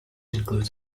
includes